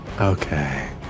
Okay